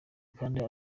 kandi